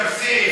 תפסיק.